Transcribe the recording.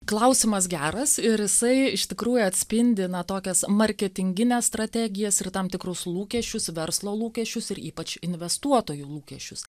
klausimas geras ir jisai iš tikrųjų atspindi na tokias marketingines strategijas ir tam tikrus lūkesčius verslo lūkesčius ir ypač investuotojų lūkesčius